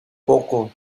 poco